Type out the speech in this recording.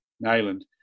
Nayland